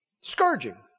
Scourging